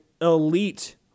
elite